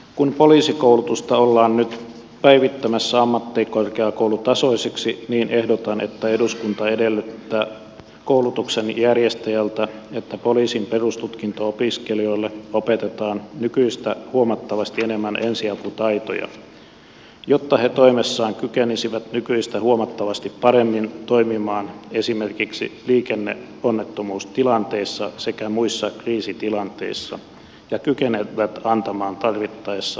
kun poliisikoulutusta ollaan nyt päivittämässä ammattikorkeakoulutasoiseksi ehdotan että eduskunta edellyttää koulutuksen järjestäjältä että poliisin perustutkinto opiskelijoille opetetaan nykyistä huomattavasti enemmän ensiaputaitoja jotta he toimessaan kykenisivät nykyistä huomattavasti paremmin toimimaan esimerkiksi liikenneonnettomuustilanteissa sekä muissa kriisitilanteissa ja kykenevät antamaan tarvittaessa hätäensiapua